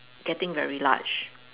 getting very large